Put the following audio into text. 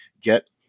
get